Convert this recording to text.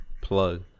Plug